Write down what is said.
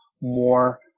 more